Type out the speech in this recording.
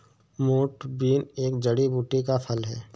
मोठ बीन एक जड़ी बूटी का फल है